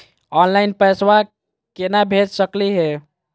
Online पैसवा केना भेज सकली हे?